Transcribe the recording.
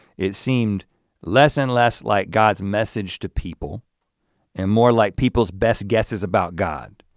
it seemed less and less like god's message to people and more like people's best guesses about god.